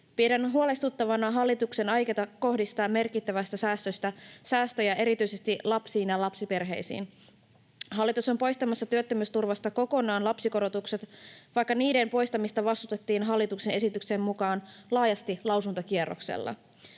Pidän huolestuttavana hallituksena aikeita kohdistaa merkittävästi säästöjä erityisesti lapsiin ja lapsiperheisiin. Hallitus on poistamassa työttömyysturvasta kokonaan lapsikorotukset, vaikka niiden poistamista vastustettiin hallituksen esityksen mukaan laajasti lausuntokierroksella.